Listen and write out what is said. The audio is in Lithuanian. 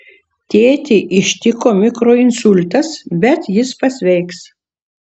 tėtį ištiko mikroinsultas bet jis pasveiks